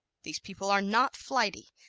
these people are not flighty.